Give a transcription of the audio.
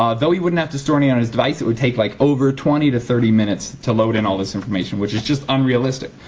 um though he wouldn't have to store any on his device, it would take like over twenty to thirty minutes to load in all this information. which is just unrealistic.